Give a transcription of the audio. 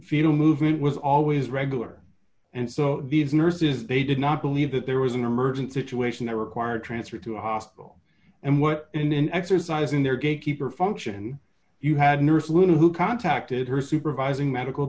fetal movement was always regular and so these nurses they did not believe that there was an emergent situation they require transfer to a hospital and what in an exercise in their gatekeeper function you had a nurse a little who contacted her supervising medical